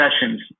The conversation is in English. sessions